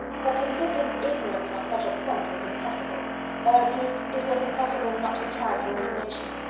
but to live in ignorance on such a point was impossible or at least it was impossible not to try for information.